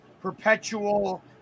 perpetual